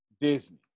Disney